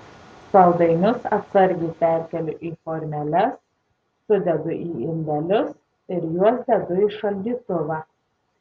saldainius atsargiai perkeliu į formeles sudedu į indelius ir juos dedu į šaldytuvą